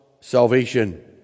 salvation